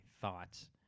thoughts –